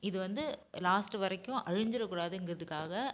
இது வந்து லாஸ்ட்டு வரைக்கும் அழிஞ்சுடக் கூடாதுங்கிறதுக்காக